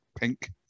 pink